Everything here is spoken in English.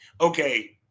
okay